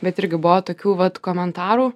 bet irgi buvo tokių vat komentarų